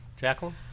Jacqueline